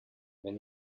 wenn